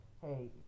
Hey